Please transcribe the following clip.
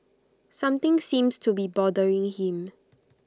something seems to be bothering him